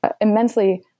immensely